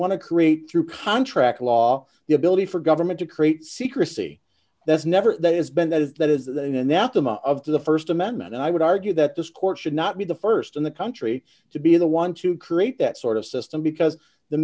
want to create through contract law the ability for government to create secrecy that's never has been that is that is that an anathema of the st amendment and i would argue that this court should not be the st in the country to be the one to create that sort of system because the